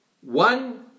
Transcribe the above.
One